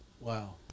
Wow